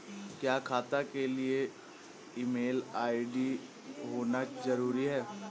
क्या खाता के लिए ईमेल आई.डी होना जरूरी है?